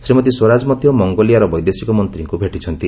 ଶ୍ରୀମତୀ ସ୍ୱରାଜ ମଧ୍ୟ ମଙ୍ଗୋଲିୟାର ବୈଦେଶିକ ମନ୍ତ୍ରୀଙ୍କୁ ଭେଟିଛନ୍ତି